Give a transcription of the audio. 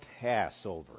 Passover